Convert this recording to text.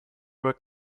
were